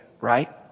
right